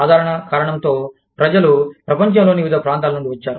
సాధారణ కారణంతో ప్రజలు ప్రపంచంలోని వివిధ ప్రాంతాల నుండి వచ్చారు